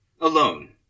Alone